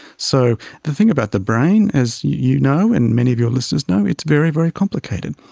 so the thing about the brain, as you know and many of your listeners know, it's very, very complicated.